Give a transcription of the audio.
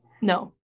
No